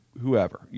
whoever